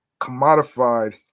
commodified